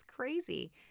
crazy